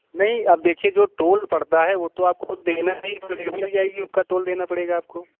नही अब देखिए जो टोल पड़ता है वो तो आपको देना ही पड़ेगा का टोल देना पड़ेगा आपको